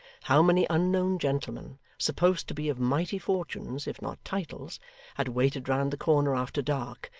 how many unknown gentlemen supposed to be of mighty fortunes, if not titles had waited round the corner after dark,